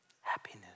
Happiness